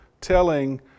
telling